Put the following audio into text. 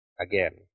Again